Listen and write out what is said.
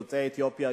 יוצאי אתיופיה,